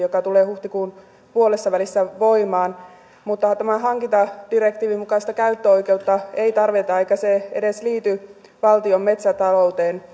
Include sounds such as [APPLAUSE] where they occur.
[UNINTELLIGIBLE] joka tulee huhtikuun puolessavälissä voimaan mutta tämän hankintadirektiivin mukaista käyttöoikeutta ei tarvita eikä se edes liity valtion metsätalouteen [UNINTELLIGIBLE]